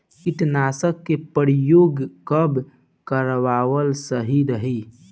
कीटनाशक के प्रयोग कब कराल सही रही?